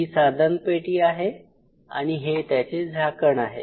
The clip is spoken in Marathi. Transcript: ही साधन पेटी आहे आणि हे त्याचे झाकण आहे